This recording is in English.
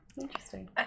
Interesting